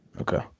Okay